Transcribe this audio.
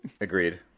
Agreed